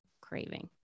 craving